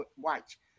watch